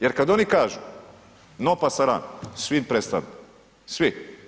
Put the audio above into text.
Jer kad oni kažu no pasaran svi prestanu, svi.